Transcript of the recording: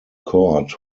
court